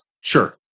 Sure